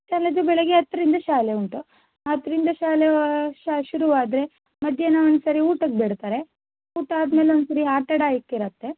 ಶಾಲೆಯದ್ದು ಬೆಳಿಗ್ಗೆ ಹತ್ತರಿಂದ ಶಾಲೆ ಉಂಟು ಹತ್ತರಿಂದ ಶಾಲೆ ಶ ಶುರು ಆದರೆ ಮಧ್ಯಾಹ್ನ ಒಂದು ಸರಿ ಊಟಕ್ಕೆ ಬಿಡ್ತಾರೆ ಊಟ ಆದಮೇಲೆ ಒಂದು ಸರಿ ಆಟಾಡಕ್ಕೆ ಇರತ್ತೆ